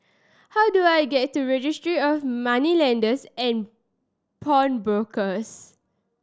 how do I get to Registry of Moneylenders and Pawnbrokers